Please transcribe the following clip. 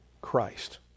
Christ